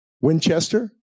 Winchester